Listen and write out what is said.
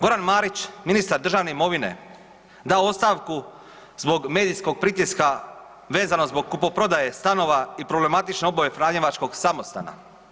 Goran Marić ministar državne imovine dao ostavku zbog medijskog pritiska vezano zbog kupoprodaje stanova i problematične … franjevačkog samostana.